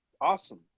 awesome